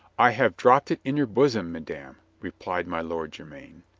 i have dropped it in your bosom, madame, re plied my lord jermyn.